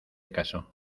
caso